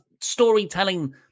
storytelling